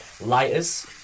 lighters